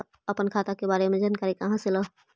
अपन खाता के बारे मे जानकारी कहा से ल?